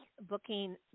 booking